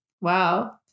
Wow